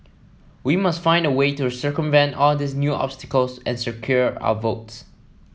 we must find a way to circumvent all these new obstacles and secure our votes